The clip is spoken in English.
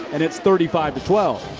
and it's thirty five twelve.